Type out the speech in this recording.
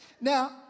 Now